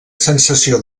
sensació